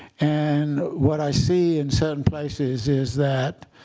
and what i see in certain places is that